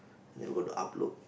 and we got to upload